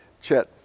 Chet